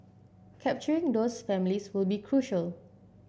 capturing those families will be crucial